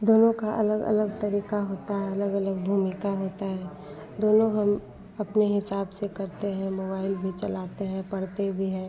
दोनों का अलग अलग तरीका होता है अलग अलग भूमिका होता है दोनों हम अपने हिसाब से करते हैं मोबाइल भी चलाते हैं पढ़ते भी हैं